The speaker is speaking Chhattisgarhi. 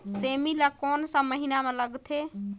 सेमी ला कोन सा महीन मां लगथे?